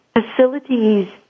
facilities